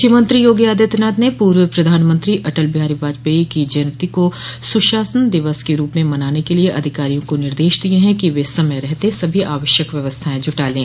मुख्यमंत्री योगी आदित्यनाथ ने पूर्व प्रधानमंत्री अटलबिहारी वाजपेयी की जयन्ती को सुशासन दिवस के रूप में मनाने के लिये अधिकारियों को निर्देश दिये हैं कि वह समय रहते सभी आवश्यक व्यवस्थायें जुटा लें